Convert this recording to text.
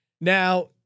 Now